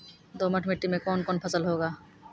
दोमट मिट्टी मे कौन कौन फसल होगा?